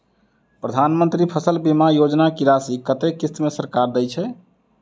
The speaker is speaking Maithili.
प्रधानमंत्री फसल बीमा योजना की राशि कत्ते किस्त मे सरकार देय छै?